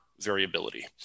variability